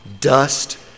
dust